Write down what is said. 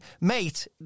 mate